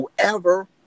Whoever